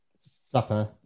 Supper